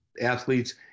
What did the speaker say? athletes